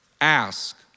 Ask